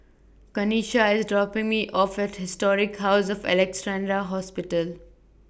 Kanisha IS dropping Me off At Historic House of Alexandra Hospital